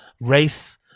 race